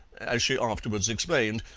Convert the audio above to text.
as she afterwards explained,